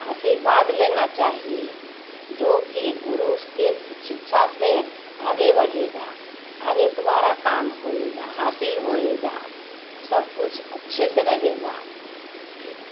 आशीर्वाद लेना चाहिए जो कि गुरु उसके शिक्षा से आगे बढ़ेगा आगे तुम्हारा काम होएगा हासिल होएगा सब कुछ अच्छे से रहेगा खे